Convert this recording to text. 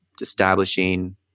establishing